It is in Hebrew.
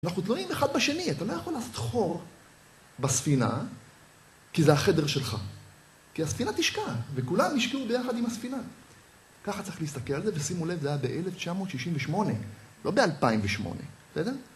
אנחנו תלויים אחד בשני, אתה לא יכול לעשות חור בספינה כי זה החדר שלך כי הספינה תשקע, וכולם ישקעו ביחד עם הספינה ככה צריך להסתכל על זה, ושימו לב, זה היה ב-1968, לא ב-2008, בסדר?